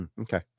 Okay